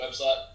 website